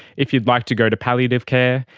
if you'd like to go to palliative care,